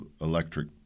electric